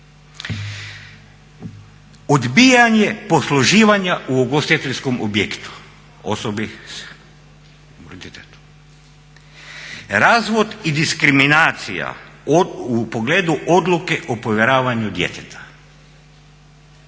Odbijanje posluživanja u ugostiteljskom objektu osobi s invaliditetom. Razvod i diskriminacija u pogledu odluke o povjeravanju djeteta.